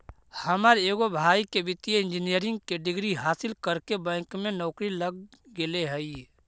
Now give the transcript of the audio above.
हमर एगो भाई के वित्तीय इंजीनियरिंग के डिग्री हासिल करके बैंक में नौकरी लग गेले हइ